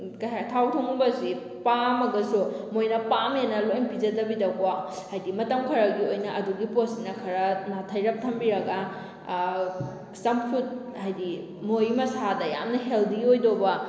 ꯊꯥꯎ ꯊꯨꯝꯒꯨꯝꯕꯁꯤ ꯄꯥꯝꯃꯒꯁꯨ ꯃꯣꯏꯅ ꯄꯥꯝꯃꯦꯅ ꯂꯣꯏ ꯄꯤꯖꯗꯕꯤꯗꯀꯣ ꯍꯥꯏꯗꯤ ꯃꯇꯝ ꯈꯔꯒꯤ ꯑꯣꯏꯅ ꯑꯗꯨꯒꯤ ꯄꯣꯠꯁꯤꯅ ꯈꯔ ꯅꯥꯊꯩꯔꯞ ꯊꯝꯕꯤꯔꯒ ꯆꯝꯐꯨꯠ ꯍꯥꯏꯗꯤ ꯃꯣꯏꯒꯤ ꯃꯁꯥꯗ ꯌꯥꯝꯅ ꯍꯦꯜꯗꯤ ꯑꯣꯏꯗꯧꯕ